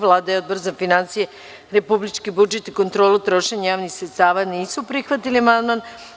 Vlada i Odbor za finansije, republički budžet i kontrolu trošenja javnih sredstava nisu prihvatili amandman.